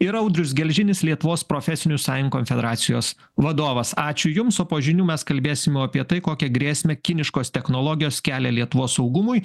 ir audrius gelžinis lietuvos profesinių sąjungų konfederacijos vadovas ačiū jums o po žinių mes kalbėsim apie tai kokią grėsmę kiniškos technologijos kelia lietuvos saugumui